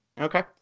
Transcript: okay